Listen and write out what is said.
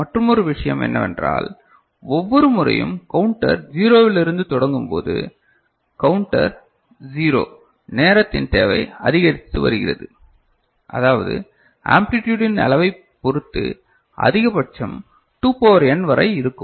மற்றுமொரு விஷயம் என்னவென்றால் ஒவ்வொரு முறையும் கவுண்டர் ஜீரோவில் இருந்து தொடங்கும் போது கவுண்டர் 0 நேரத்தின் தேவை அதிகரித்து வருகிறது அதாவது அம்பிளிடுட்டின் அளவை பொருத்து அதிகபட்சம் 2 பவர் n வரை இருக்கும்